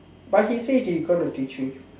but he say he gonna teach you